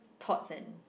thoughts and